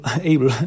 able